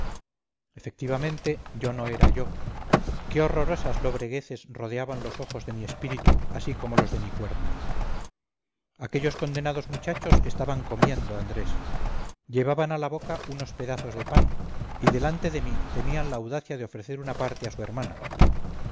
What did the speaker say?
efectivamente yo no era yo qué horrorosas lobregueces rodeaban los ojos de mi espíritu así como los de mi cuerpo aquellos condenados muchachos estaban comiendo andrés llevaban a la boca unos pedazos de pan y delante de mí tenían la audacia de ofrecer una parte a su hermana